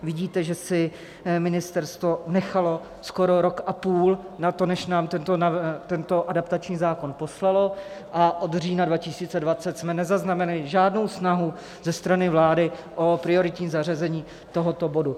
Vidíte, že si ministerstvo nechalo skoro rok a půl na to, než nám tento adaptační zákon poslalo, a od října 2020 jsme nezaznamenali žádnou snahu ze strany vlády o prioritní zařazení tohoto bodu.